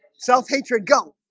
self-hatred go